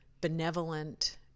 benevolent